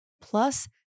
Plus